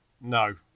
No